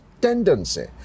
tendency